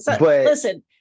Listen